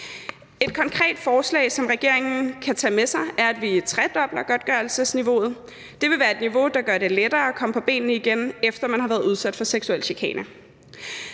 Et konkret forslag, som regeringen kan tage med sig, er, at vi tredobler godtgørelsesniveauet. Det vil være et niveau, der gør det lettere at komme på benene igen, efter man har været udsat for seksuel chikane.